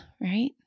right